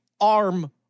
arm